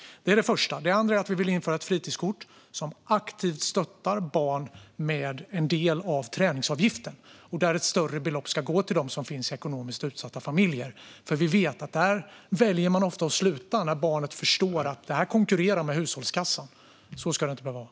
För det andra vill vi införa ett fritidskort som aktivt stöttar barn med en del av träningsavgiften, och där ska ett större belopp gå till dem som finns i ekonomiskt utsatta familjer. Vi vet nämligen att barn ofta väljer att sluta när de förstår att avgiften konkurrerar med annat om hushållskassan. Så ska det inte behöva vara.